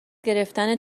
گرفتن